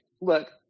look